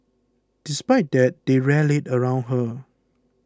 despite that they rallied around her